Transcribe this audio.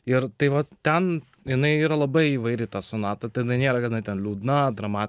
ir tai va ten jinai yra labai įvairi ta sonata tai jinai nėra kad jinaiten liūdna drama